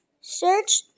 Search